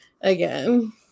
again